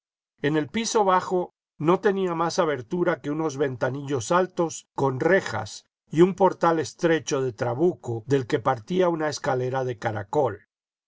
en el piso bajo no tenía más abertura que unos ventanillos altos con rejas y un portal estrecho de trabuco del que partía una escalera de caracol